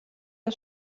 der